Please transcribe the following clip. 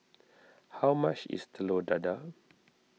how much is Telur Dadah